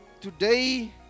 today